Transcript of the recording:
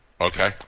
Okay